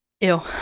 ew